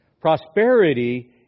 Prosperity